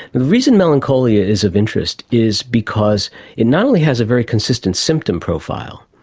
the reason melancholia is of interest is because it not only has a very consistent symptom profile,